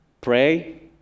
pray